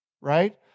right